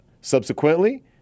Subsequently